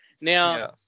Now